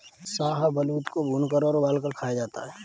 शाहबलूत को भूनकर और उबालकर खाया जाता है